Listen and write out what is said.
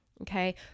okay